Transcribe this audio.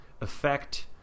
affect